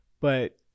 but-